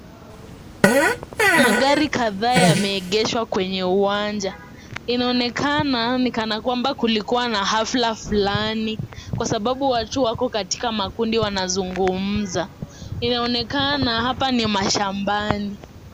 Magari kadhaa yamesimamishwa kwenye uwanja. Inaonekana ni kana kwamba kulikua na hafla fulani kwasababu watu wako katika makundi wanazungumza. Inaonekana hapa ni mashambani.